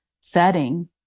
setting